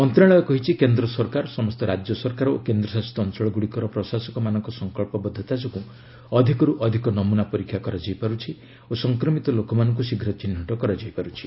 ମନ୍ତ୍ରଣାଳୟ କହିଛି କେନ୍ଦ୍ର ସରକାର ସମସ୍ତ ରାଜ୍ୟ ସରକାର ଓ କେନ୍ଦ୍ରଶାସିତ ଅଞ୍ଚଳ ଗୁଡ଼ିକର ପ୍ରଶାସକମାନଙ୍କ ସଂକଳ୍ପବଦ୍ଧତା ଯୋଗୁଁ ଅଧିକରୁ ଅଧିକ ନମୂନା ପରୀକ୍ଷା କରାଯାଇପାରୁଛି ଓ ସଂକ୍ରମିତ ଲୋକମାନଙ୍କୁ ଶୀଘ୍ର ଚିହ୍ନଟ କରାଯାଇପାରୁଛି